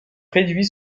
réduits